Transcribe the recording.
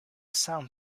sound